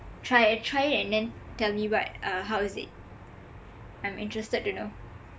try try it and then tell me what uh how is it I'm interested to know